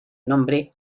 nombre